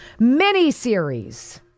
miniseries